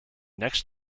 next